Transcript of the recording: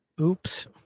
oops